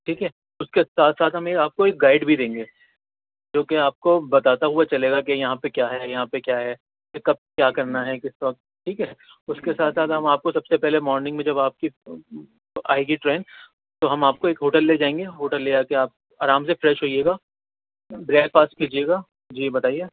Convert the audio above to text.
ٹھیک ہے اس کے ساتھ ساتھ ہم آپ کو ایک گائڈ بھی دیں گے جوکہ آپ کو بتاتا ہوا چلے گا کہ یہاں پہ کیا ہے یہاں پہ کیا ہے کہ کب کیا کرنا ہے کس وقت ٹھیک ہے اس کے ساتھ ساتھ ہم آپ کو سب سے پہلے مارنگ میں جب آپ کی آئے گی ٹرین تو ہم آپ کو ایک ہوٹل لے جائیں گے ہوٹل لے جا کے آپ آرام سے فریش ہوئیے گا بریکفاسٹ کیجیے گا جی بتائیے